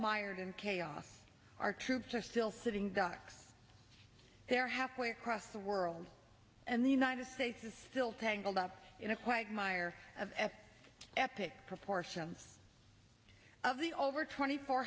mired in chaos our troops are still sitting ducks they're halfway across the world and the united states is still tangled up in a quagmire of at epic proportions of the over twenty four